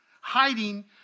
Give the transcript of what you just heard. hiding